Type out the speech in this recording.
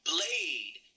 Blade